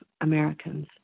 Americans